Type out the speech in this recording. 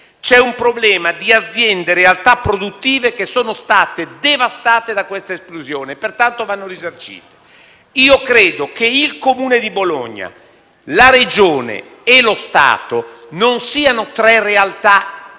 c'è un problema di aziende e realtà produttive che sono state devastate da questa esplosione e che pertanto vanno risarcite. Io credo che il Comune di Bologna, la Regione e lo Stato non siano tre realtà isolate